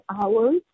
hours